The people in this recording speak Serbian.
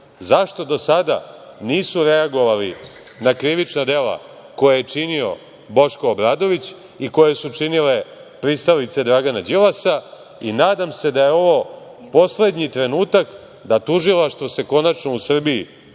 zašto do sada nisu reagovali na krivična dela koja je činio Boško Obradović i koja su činile pristalice Dragana Đilasa i nadam se da je ovo poslednji trenutak da tužilaštvo se konačno u Srbiji